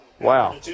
Wow